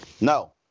No